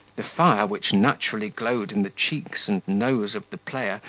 the fire which naturally glowed in the cheeks and nose of the player,